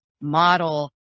model